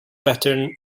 pattern